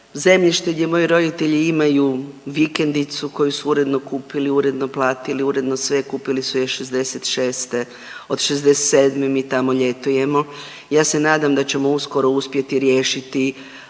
zemljište gdje moji roditelji imaju vikendicu koju su uredno kupili, uredno platili, uredno sve, kupili su je '66., od '67. mi tamo ljetujemo. Ja se nadam da ćemo uskoro uspjeti riješiti